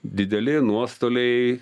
dideli nuostoliai